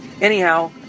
anyhow